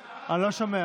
לא,